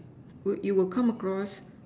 you would come across